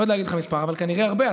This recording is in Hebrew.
אבל כנראה הרבה.